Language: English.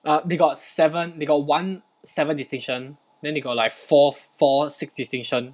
err they got seven they got one seven distinction then they got like four four six distinction